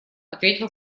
ответил